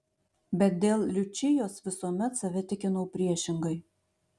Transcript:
bet dėl liučijos visuomet save tikinau priešingai